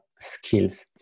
skills